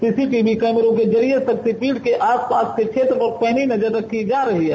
CCTV कैमरों के जरिये शक्तिपीठ के आस पास के क्षेत्र पर पैनी नजर रखी जा रही है